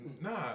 Nah